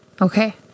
Okay